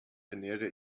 ernähre